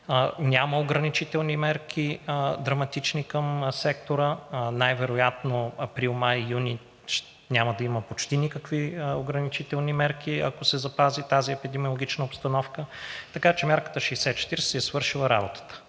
Няма ограничителни мерки, драматични към сектора. Най вероятно април, май и юни няма да има почти никакви ограничителни мерки, ако се запази тази епидемиологична обстановка. Така че мярката 60/40 си е свършила работата.